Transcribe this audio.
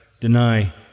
deny